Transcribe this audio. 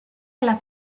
alla